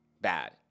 bad